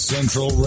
Central